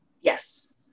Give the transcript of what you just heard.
Yes